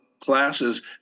classes